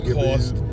cost